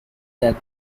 that